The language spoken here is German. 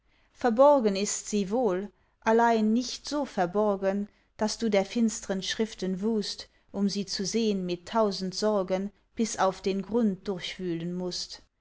verborgen ist sie wohl allein nicht so verborgen daß du der finstern schriften wust um sie zu sehn mit tausend sorgen bis auf den grund durchwühlen mußt